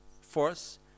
force